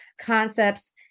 concepts